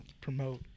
promote